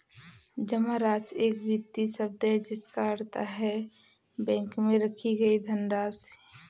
जमा राशि एक वित्तीय शब्द है जिसका अर्थ है बैंक में रखी गई धनराशि